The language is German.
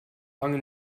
lange